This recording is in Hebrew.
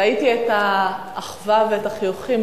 ראיתי את האחווה ואת החיוכים,